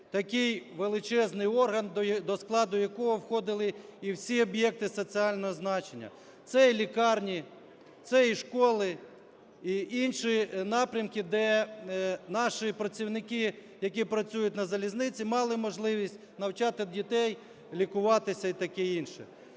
такий величезний орган до складу якого входили і всі об'єкти соціального значення. Це і лікарні, це і школи і інші напрямки, де наші працівники, які працюють на залізниці мали можливість навчати дітей, лікуватися і таке інше.